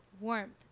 warmth